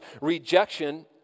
rejection